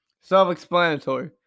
self-explanatory